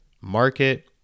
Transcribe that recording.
market